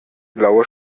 blaue